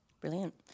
Brilliant